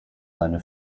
seine